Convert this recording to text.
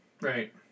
Right